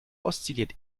oszilliert